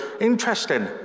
interesting